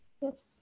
yes